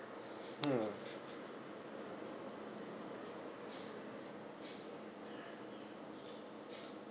mm